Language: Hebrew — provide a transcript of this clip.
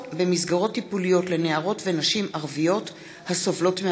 במסגרות טיפוליות לנערות ונשים ערביות הסובלות מאלימות.